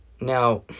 Now